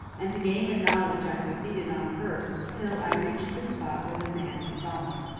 and to gain the knowledge i proceeded on first till i reached the spot where the man had fallen.